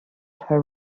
her